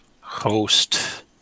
Host